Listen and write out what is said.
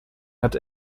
hat